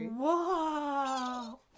Whoa